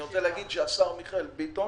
אני רוצה לומר שהשר מיכאל ביטון